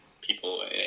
people